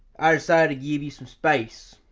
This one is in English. i decided to give you some space.